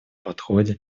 подходе